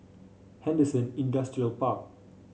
Henderson Industrial Park